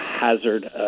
hazard